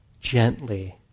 gently